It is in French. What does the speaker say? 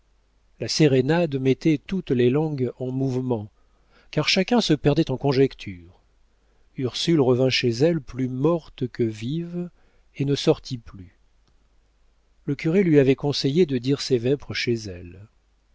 la sérénade mettait toutes les langues en mouvement car chacun se perdait en conjectures ursule revint chez elle plus morte que vive et ne sortit plus le curé lui avait conseillé de dire ses vêpres chez elle